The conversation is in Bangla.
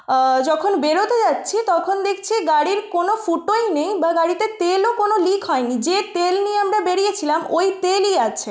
যখন বেরোতে যাচ্ছি তখন দেখছি গাড়ির কোনো ফুটোই নেই বা গাড়িতে তেলও কোনো লিক হয় নি যে তেল নিয়ে আমরা বেরিয়েছিলাম ওই তেলই আছে